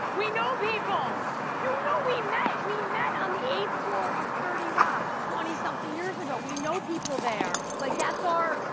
we know people. you know we met we met on the eighth floor of thirty rock, twenty something years ago. we know people there. like that's our,